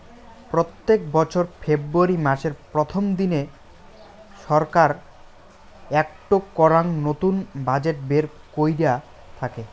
প্রত্যেক বছর ফেব্রুয়ারী মাসের প্রথম দিনে ছরকার একটো করাং নতুন বাজেট বের কইরা থাইকে